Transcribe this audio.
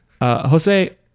Jose